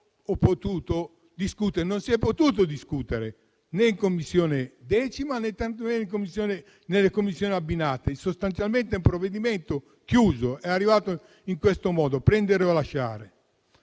Non si è potuto discutere, né in 10a Commissione, né tantomeno nelle Commissioni riunite. Sostanzialmente è un provvedimento chiuso, che è arrivato in questo modo: prendere o lasciare.